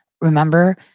Remember